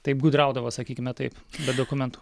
taip gudraudavo sakykime taip be dokumentų